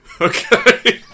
Okay